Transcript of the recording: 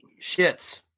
shits